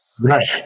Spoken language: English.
Right